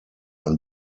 und